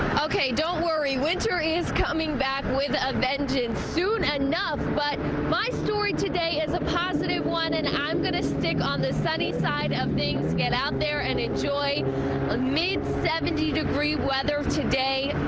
okay, don't worry. winter is coming back with a vengeance soon and enough. but my story today is a positive one, and i'm going to stick on the sunny side of things. get out there and enjoy ah mid seventy degree weather today.